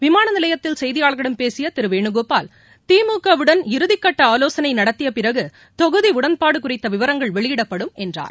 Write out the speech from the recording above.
விமான நிலையத்தில் செய்தியாளர்களிடம் பேசிய திரு வேணுகோபால் திமுக வுடன் இறுதிக்கட்ட ஆவோசனை நடத்தியப் பிறகு தொகுதி உடன்பாடு குறித்த விவரங்கள் வெளியிடப்படும் என்றார்